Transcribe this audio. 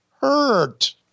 hurt